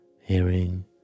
hearing